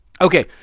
Okay